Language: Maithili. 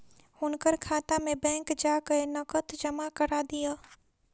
हुनकर खाता में बैंक जा कय नकद जमा करा दिअ